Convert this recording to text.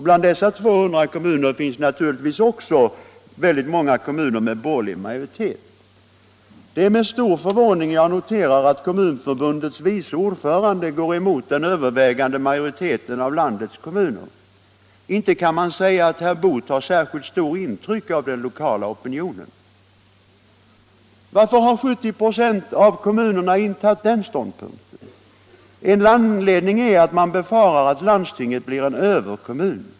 Bland de 200 kommunerna finns = naturligtvis också många med borgerlig majoritet. Det är med stor förvåning — Regional samhällsjag noterat att Kommunförbundets vice ordförande går emot den övervä = förvaltning gande majoriteten av landets kommuner. Inte kan man säga att herr Boo tar särskilt stort intryck av den lokala opinionen. Varför har 70 96 av kommunerna intagit den ståndpunkten? En anledning är att man befarar att landstinget blir en överkommun.